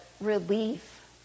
relief